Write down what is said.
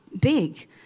big